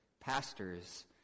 pastors